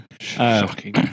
Shocking